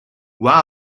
one